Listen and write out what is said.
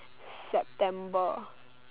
September